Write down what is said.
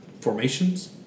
formations